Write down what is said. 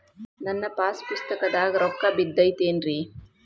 ನನ್ನ ಪಾಸ್ ಪುಸ್ತಕದಾಗ ರೊಕ್ಕ ಬಿದ್ದೈತೇನ್ರಿ?